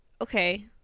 okay